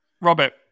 Robert